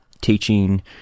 teaching